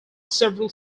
several